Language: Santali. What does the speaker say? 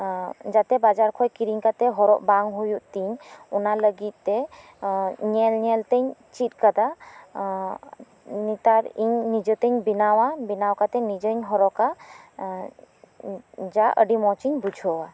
ᱡᱟᱛᱮ ᱵᱟᱡᱟᱨ ᱠᱷᱚᱡ ᱠᱤᱨᱤᱧ ᱠᱟᱛᱮᱫ ᱦᱚᱨᱚᱜ ᱵᱟᱝ ᱦᱩᱭᱩᱜ ᱛᱤᱧ ᱚᱱᱟ ᱞᱟᱹᱜᱤᱫ ᱛᱮ ᱧᱮᱞ ᱧᱮᱞᱛᱮᱧ ᱪᱮᱫ ᱟᱠᱟᱫᱟ ᱧᱮᱛᱟᱨ ᱤᱧ ᱱᱤᱡᱮᱛᱮᱧ ᱵᱮᱱᱟᱣᱟ ᱵᱮᱱᱟᱣ ᱠᱟᱛᱮᱧ ᱱᱤᱡᱮᱧ ᱦᱚᱨᱚᱜᱼᱟ ᱡᱟ ᱟᱹᱰᱤ ᱢᱚᱡ ᱤᱧ ᱵᱩᱡᱷᱟᱹᱣᱟ